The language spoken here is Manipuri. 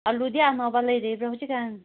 ꯑꯥꯂꯨꯗꯤ ꯑꯅꯧꯕ ꯂꯩꯔꯤꯕ꯭ꯔꯣ ꯍꯧꯖꯤꯛꯀꯥꯟ